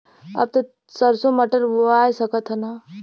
अब त सरसो मटर बोआय सकत ह न?